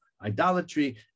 idolatry